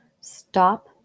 Stop